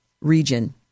region